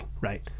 right